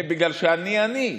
בגלל שאני אני,